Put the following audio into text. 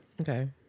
Okay